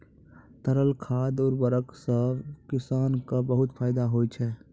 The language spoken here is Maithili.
तरल खाद उर्वरक सें किसान क बहुत फैदा होय छै